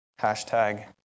hashtag